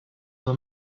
were